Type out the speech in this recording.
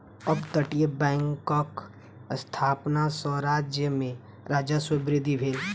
अपतटीय बैंकक स्थापना सॅ राज्य में राजस्व वृद्धि भेल